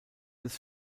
des